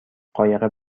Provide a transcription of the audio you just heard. قایق